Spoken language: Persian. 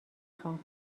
خوام